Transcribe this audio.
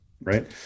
Right